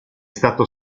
stato